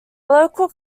local